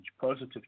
Positive